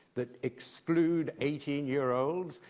the exclude eighteen year olds,